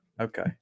Okay